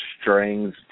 strings